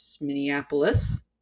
Minneapolis